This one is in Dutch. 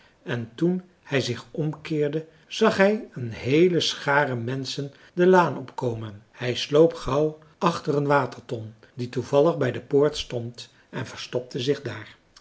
en toen hij zich omkeerde zag hij een heele schare menschen de laan opkomen hij sloop gauw achter een waterton die toevallig bij de poort stond en verstopte zich daar